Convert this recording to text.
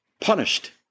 punished